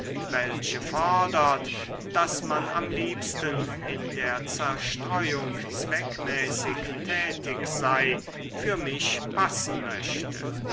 welche fordert daß man am liebsten in der zerstreuung zweckmäßig tätig sei für mich passen möchte